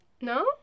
no